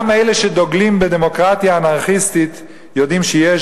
גם אלה שדוגלים בדמוקרטיה אנרכיסטית יודעים שיש